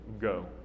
go